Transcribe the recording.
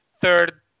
third